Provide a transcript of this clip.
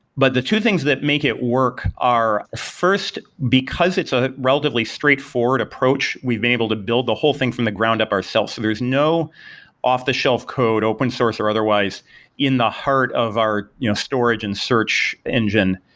but the two things that make it work are, first, because it's a relatively straightforward approach, we've been able to build the whole thing from the ground up ourselves. so there is no off-the-shelf code open source or otherwise in the heart of our storage and search engine.